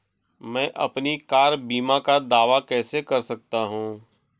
मैं अपनी कार बीमा का दावा कैसे कर सकता हूं?